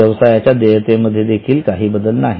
व्यवसायाच्या देयते मध्ये देखील काही बदल नाही